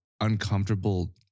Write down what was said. uncomfortable